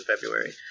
February